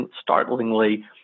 startlingly